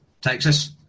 Texas